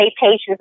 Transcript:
patients